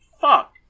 Fuck